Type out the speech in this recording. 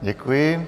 Děkuji.